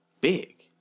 big